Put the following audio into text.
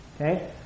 okay